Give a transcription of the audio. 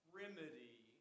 remedy